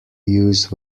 use